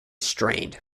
strained